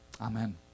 Amen